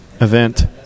event